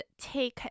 take